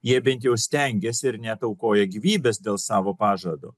jie bent jau stengiasi ir net aukoja gyvybes dėl savo pažado